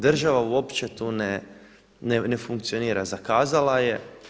Država uopće tu ne funkcionira, zakazala je.